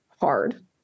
hard